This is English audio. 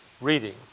reading